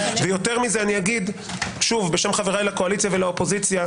ויותר מזה אני אגיד שוב בשם חבריי לקואליציה ולאופוזיציה,